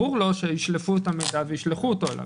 ברור לו שישלפו את המידע וישלחו אותו אליו.